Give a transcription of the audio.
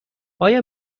آیا